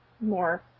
more